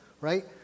right